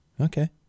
Okay